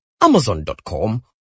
amazon.com